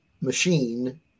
machine